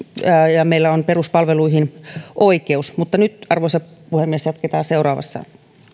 ja meillä on peruspalveluihin oikeus mutta nyt arvoisa puhemies jatketaan seuraavassa